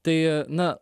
tai na